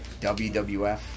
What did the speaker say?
WWF